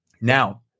Now